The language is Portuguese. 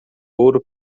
ouro